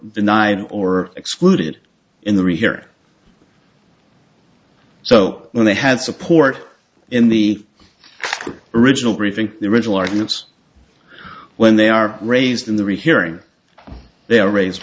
denied or excluded in the rehear so when they had support in the original briefing the original arguments when they are raised in the rehearing they are raise